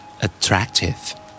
Attractive